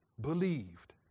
believed